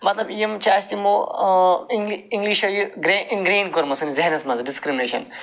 مَطلَب یِم چھِ اَسہِ یِمو اِنٛگ اِنٛگلِشَنو یہِ ایٚنگرین کوٚرمُت سٲنِس ذہنَس مَنٛز ڈِسکرمنیشَن